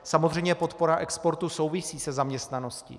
Samozřejmě podpora exportu souvisí se zaměstnaností.